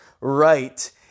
right